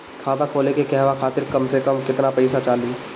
खाता खोले के कहवा खातिर कम से कम केतना पइसा चाहीं?